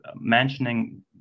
mentioning